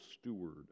steward